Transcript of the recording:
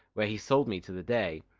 where he sold me to the dey.